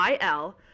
IL